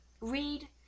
read